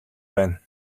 байна